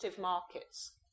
markets